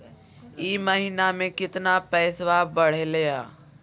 ई महीना मे कतना पैसवा बढ़लेया?